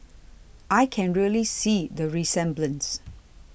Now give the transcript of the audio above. I can really see the resemblance